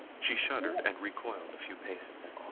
she shuddered, and recoiled a few paces.